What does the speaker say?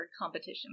competition